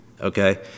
Okay